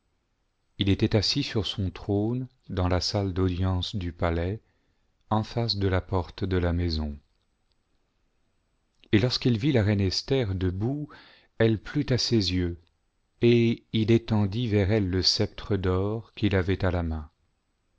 il était assis sur son trone dans la salle d'audience du palais en face de la porte de la maison et lorsqu'il vit la reine esther debout elle plut à ses j'eux et il étendit vers elle le sceptre d'or qu'il avait à la main